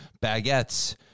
baguettes